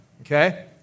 Okay